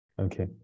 Okay